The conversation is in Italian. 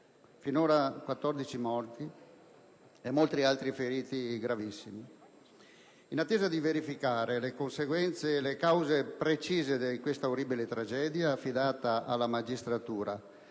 finora 14 morti e molti altri feriti gravissimi. In attesa di verificare le cause precise di questa orribile tragedia, verifica affidata alla magistratura